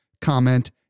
comment